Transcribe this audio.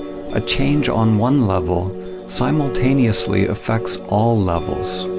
a change on one level simultaneously affects all levels.